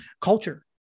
culture